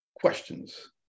questions